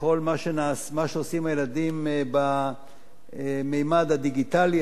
בכל מה שעושים הילדים בממד הדיגיטלי,